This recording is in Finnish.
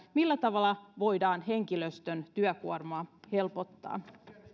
millä tavalla voidaan henkilöstön työkuormaa helpottaa